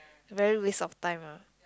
very waste of time lah